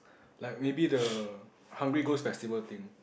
like maybe the Hungry Ghost Festival thing